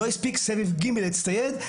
לא הספיק סבב ג' להצטייד.